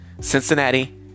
Cincinnati